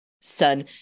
son